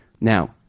now